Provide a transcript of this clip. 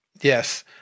Yes